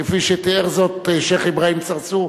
כפי שתיאר זאת השיח' אברהים צרצור,